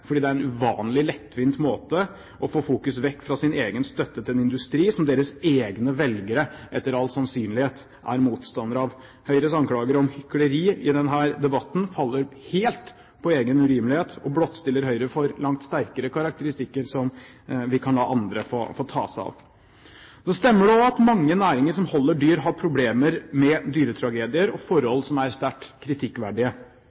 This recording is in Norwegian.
fordi det er en uvanlig lettvint måte å få fokus vekk fra sin egen støtte til en industri som deres egne velgere, etter all sannsynlighet, er motstandere av. Høyres anklager om hykleri i denne debatten faller helt på egen urimelighet og blottstiller Høyre for langt sterkere karakteristikker, som vi kan la andre få ta seg av. Så stemmer det også at mange næringer som holder dyr, har problemer med dyretragedier og